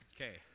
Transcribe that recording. Okay